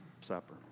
supper